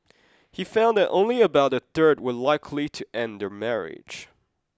he found that only about a third were likely to end their marriage